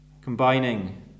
Combining